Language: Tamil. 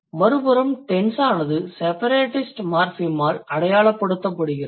மறுபுறம் டென்ஸ் ஆனது செபரேடிஸ்ட் மார்ஃபிமால் அடையாளப்படுத்தப்படுகிறது